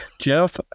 Jeff